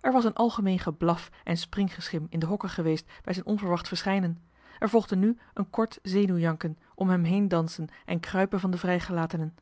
er was een algemeen geblaf en springgeschim in de hokken geweest bij zijn onverwacht verschijnen er volgde nu een kort zenuwjanken om hem heen dansen en kruipen van de vrijgelatenen